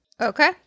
Okay